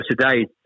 today